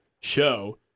show